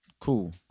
Cool